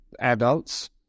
adults